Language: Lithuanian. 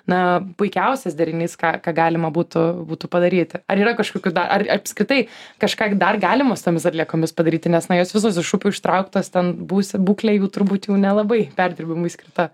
na puikiausias derinys ką ką galima būtų būtų padaryti ar yra kažkokių ar apskritai kažką dar galima su tomis atliekomis padaryti nes na jos visos iš upių ištrauktos ten buvusi būklė jų turbūt jau nelabai perdirbimui skirta